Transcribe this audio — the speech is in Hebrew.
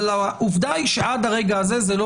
אבל העובדה היא שעד הרגע הזה זה לא